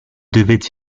devaient